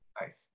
Nice